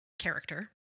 character